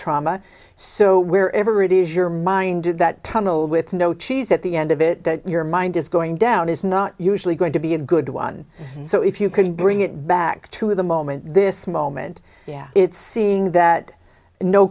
trauma so where ever it is your mind do that tunnel with no cheese at the end of it your mind is going down is not usually going to be a good one so if you can bring it back to the moment this moment yeah it's seeing that no